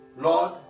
Lord